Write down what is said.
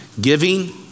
Giving